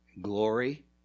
glory